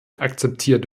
akzeptiert